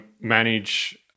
manage